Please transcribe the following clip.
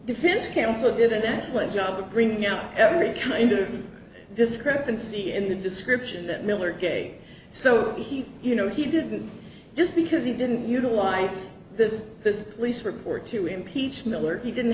defense counsel did an excellent job of bringing out every kind of discrepancy in the description that miller day so he you know he didn't just because he didn't utilize this this police report to impeach miller he didn't